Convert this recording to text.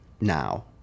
now